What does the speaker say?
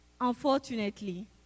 Unfortunately